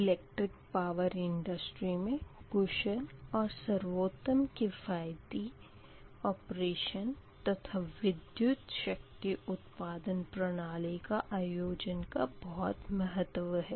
electric power industry में कुशल और सर्वोत्तम किफ़ायती ऑपरेशन तथा विध्युत शक्ति उत्पादन प्रणाली का आयोजन का बहुत महत्व है